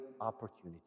opportunity